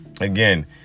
again